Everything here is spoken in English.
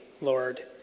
Lord